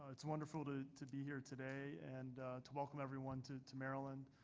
it's wonderful to to be here today and to welcome everyone to to maryland.